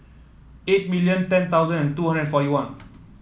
eight million ten thousand and two hundred forty one